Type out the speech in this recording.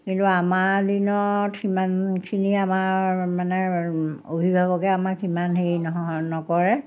কিন্তু আমাৰ দিনত সিমানখিনি আমাৰ মানে অভিভাৱকে আমাৰ সিমান হেৰি নহয় নকৰে